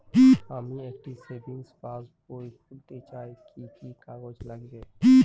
আমি একটি savings passbook খুলতে চাই কি কি কাগজ লাগবে?